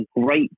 great